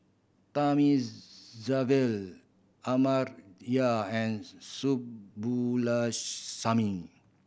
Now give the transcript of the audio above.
Thamizhavel Amartya and Subbulakshmi